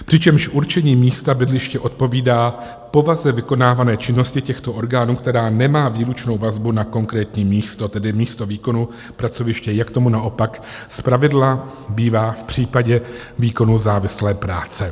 Přičemž určení místa bydliště odpovídá povaze vykonávané činnosti těchto orgánů, která nemá výlučnou vazbu na konkrétní místo, tedy místo výkonu pracoviště, jak k tomu naopak zpravidla bývá v případě výkonu závislé práce.